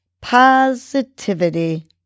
positivity